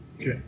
okay